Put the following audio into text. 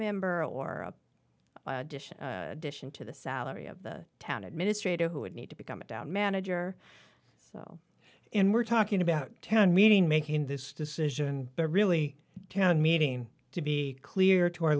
member or addition to the salary of the town administrator who would need to become a town manager so and we're talking about town meeting making this decision really town meeting to be clear to our